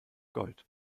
gold